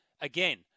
Again